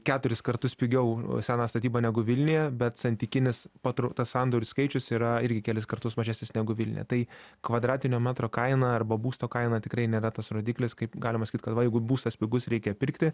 keturis kartus pigiau seną statybą negu vilniuje bet santykinis patr tas sandorių skaičius irgi yra kelis kartus mažesnis negu vilniuje tai kvadratinio metro kaina arba būsto kaina tikrai nėra tas rodiklis kaip galima sakyti kad va jeigu būstas pigus reikia pirkti